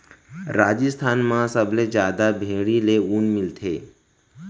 राजिस्थान म सबले जादा भेड़ी ले ऊन मिलथे